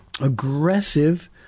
aggressive